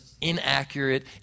inaccurate